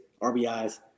RBIs